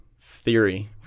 theory